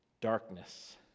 Darkness